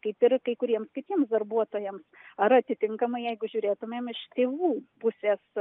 kaip ir kai kuriems kitiems darbuotojams ar atitinkamai jeigu žiūrėtumėm iš tėvų pusės